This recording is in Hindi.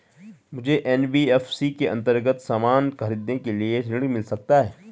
मुझे एन.बी.एफ.सी के अन्तर्गत सामान खरीदने के लिए ऋण मिल सकता है?